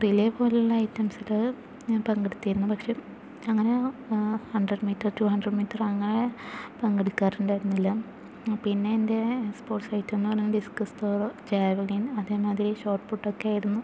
relay പോലുള്ള ഐറ്റംസില് ഞാൻ പങ്കെടുത്തിരുന്നു പക്ഷെ അങ്ങന hundred metre two hundred metre അങ്ങനെ പങ്കെടുക്കാറുണ്ടായിരുന്നില്ല പിന്നെ എൻ്റെ സ്പോർട്സ് ഐറ്റം എന്ന് പറയുന്നത് ഡിസ്കസ് ത്രോ ജാവലിൻ അതേമാതിരി ഷോട്ട് പുട്ടൊക്കെയായിരുന്നു